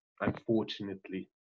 unfortunately